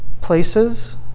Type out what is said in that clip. places